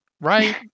right